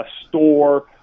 store